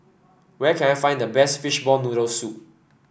where can I find the best Fishball Noodle Soup